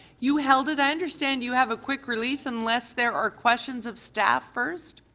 you held it. i understand you have a quick release unless there are questions of staff first.